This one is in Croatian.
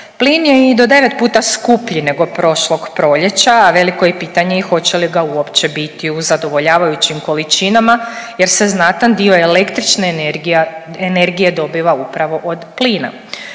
Plin je i do 9 puta skuplji nego prošlog proljeća, a veliko je pitanje i hoće li ga uopće biti u zadovoljavajućim količinama jer se znatan dio električne energije dobiva upravo od plina.